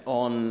on